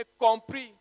compris